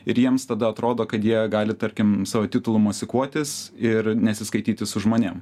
ir jiems tada atrodo kad jie gali tarkim savo titulu mosikuotis ir nesiskaityti su žmonėm